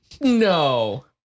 No